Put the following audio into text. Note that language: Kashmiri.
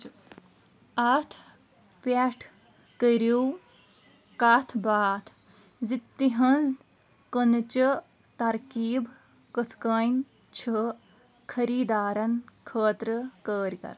اَتھ پٮ۪ٹھ کٔرِو کَتھ باتھ زِ تِہنٛز كٕنٕچہِ ترکیٖب کتھ کَنۍ چھےٚ خٔریٖدارن خٲطرٕ کٲرۍگر